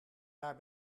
daar